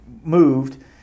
moved